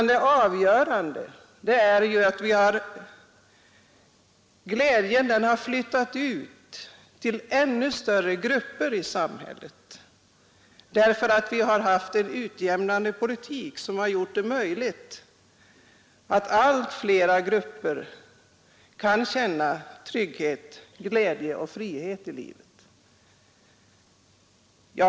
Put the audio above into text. Det avgörande är ju att glädjen har flyttat ut till ännu större grupper i samhället därför att en utjämnande politik har gjort det möjligt för allt fler grupper att känna trygghet, glädje och frihet i livet.